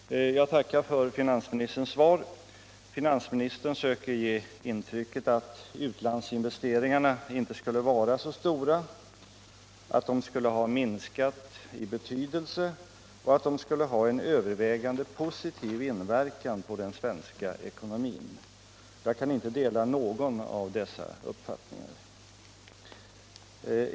Herr talman! Jag tackar för finansministerns svar på min interpellation. Finansministern söker ge intrycket att utlandsinvesteringarna inte skulle vara så stora, att de skulle ha minskat i betydelse och att de skulle ha en övervägande positiv inverkan på den svenska ekonomin. Jag kan inte dela någon av dessa uppfattningar.